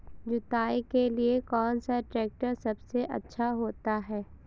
जुताई के लिए कौन सा ट्रैक्टर सबसे अच्छा होता है?